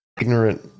Ignorant